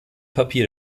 papier